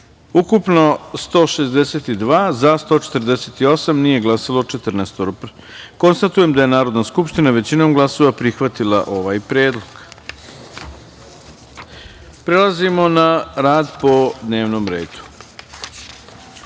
ukupno- 162, za – 148, nije glasalo – 14.Konstatujem da je Narodna skupština većinom glasova prihvatila ovaj Predlog. Prelazimo na rad po dnevnom redu. Pre